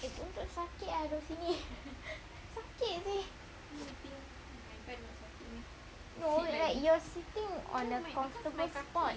eh bontot sakit ah duduk sini sakit seh no like you're sitting on a comfortable spot